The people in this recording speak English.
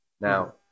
Now